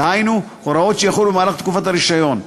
דהיינו הוראות שיחולו במהלך תקופת הרישיון.